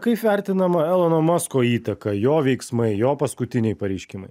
kaip vertinama elono masko įtaka jo veiksmai jo paskutiniai pareiškimai